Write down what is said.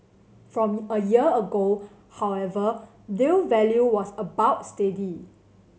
from a year ago however deal value was about steady